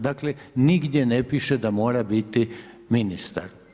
Dakle, nigdje ne piše da mora biti ministar.